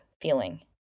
feeling